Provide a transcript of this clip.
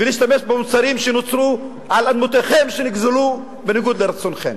ולהשתמש במוצרים שנוצרו על אדמותיכם שנגזלו בניגוד לרצונכם.